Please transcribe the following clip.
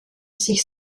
sich